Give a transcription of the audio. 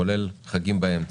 כולל החגים באמצע.